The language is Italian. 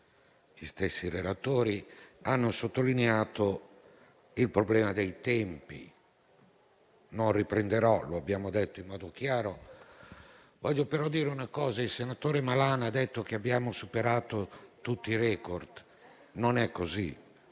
stessi relatori hanno sottolineato il problema dei tempi, su cui non tornerò, perché è stato detto in modo chiaro. Voglio, però, dire una cosa. Il senatore Malan ha detto che abbiamo superato tutti i *record*, ma non è così.